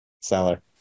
Seller